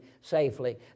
safely